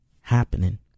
happening